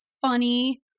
funny –